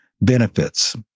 benefits